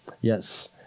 Yes